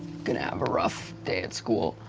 going to have a rough day at school.